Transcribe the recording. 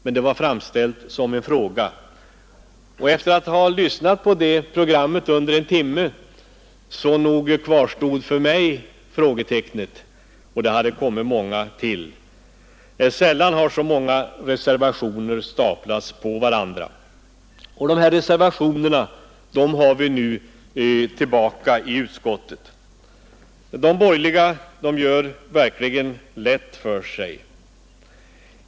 Men det var alltså framställt som en fråga. Och när jag hade sett och hört på det programmet under en timme kvarstod i varje fall för mig frågetecknet. Och många nya hade tillkommit. Sällan har så många reservationer staplats på varandra, Och samma reservationer har nu kommit tillbaka i finansutskottets betänkande. De borgerliga gör det verkligen lätt för sig.